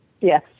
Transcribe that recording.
Yes